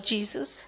Jesus